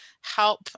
help